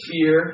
Fear